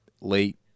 late